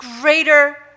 greater